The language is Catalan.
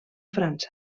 frança